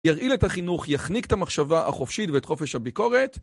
ירעיל את החינוך, יחניק את המחשבה החופשית ואת חופש הביקורת